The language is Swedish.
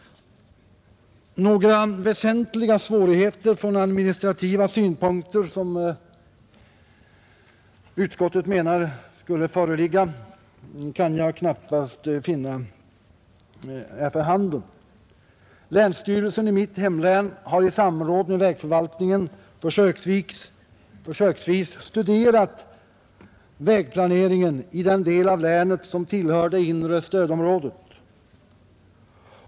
Några väsentliga svårigheter från administrativ synpunkt som skulle föreligga enligt utskottets mening kan jag knappast finna är för handen. Länsstyrelsen i mitt hemlän har i samråd med vägförvaltningen försöksvis studerat vägplaneringen i den del av länet som tillhör det inre stödområdet.